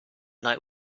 night